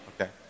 okay